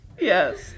Yes